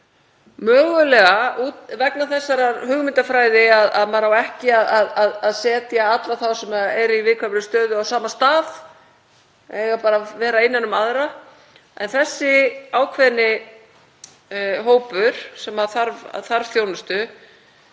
mögulega vegna þessarar hugmyndafræði að ekki eigi að setja alla þá sem eru í viðkvæmri stöðu á sama stað, þeir eiga að vera innan um aðra. Þessi ákveðni hópur sem þarf þjónustu